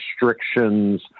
restrictions